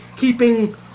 keeping